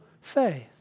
faith